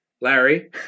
Larry